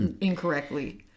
incorrectly